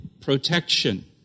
protection